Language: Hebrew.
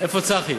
איפה צחי?